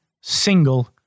single